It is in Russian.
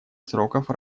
сроков